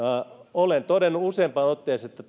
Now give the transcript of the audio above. olen todennut useampaan otteeseen että